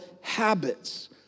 habits